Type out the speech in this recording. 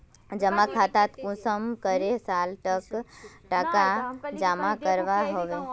जमा खातात कुंसम करे साल तक टका जमा करवा होबे?